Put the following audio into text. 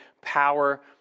power